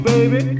Baby